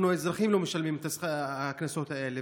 אנחנו האזרחים לא משלמים את הקנסות האלה,